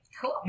cool